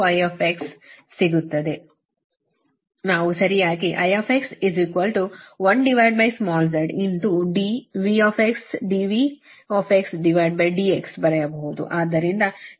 ನಾವು ಸರಿಯಾಗಿ Ix1small zdVdVdx ಬರೆಯಬಹುದು